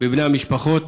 בבני המשפחות.